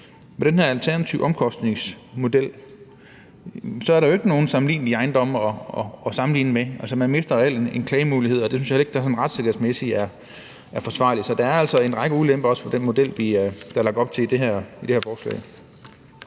Med den her alternative omkostningsmodel er der jo ikke nogen sammenlignelige ejendomme at sammenligne med. Altså, man mister jo reelt en klagemulighed, og det synes jeg heller ikke er retssikkerhedsmæssigt forsvarligt. Så der er altså også en række ulemper ved den model, som der er lagt op til i det her forslag.